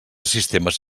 sistemes